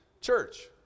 church